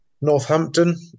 Northampton